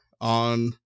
on